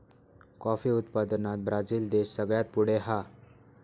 coffee उत्पादनात Brazil देश सगळ्यात पुढे हा